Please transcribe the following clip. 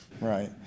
Right